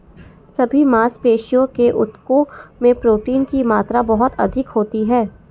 सभी मांसपेशियों के ऊतकों में प्रोटीन की मात्रा बहुत अधिक होती है